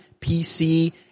PC